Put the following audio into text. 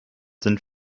sind